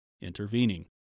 Intervening